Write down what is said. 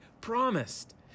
promised